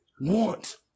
want